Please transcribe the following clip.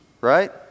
right